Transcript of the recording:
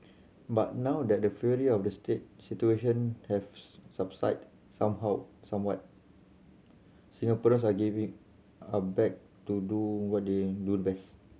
but now that the fury of the situation have subsided somehow somewhat Singaporeans are giving are back to do what they do the best